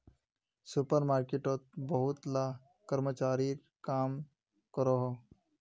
super मार्केटोत बहुत ला कर्मचारी काम करोहो